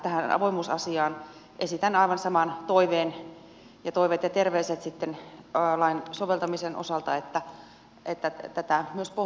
tähän avoimuusasiaan esitän aivan samat toiveet ja terveiset sitten lain soveltamisen osalta että tätä myös pohditaan